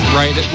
right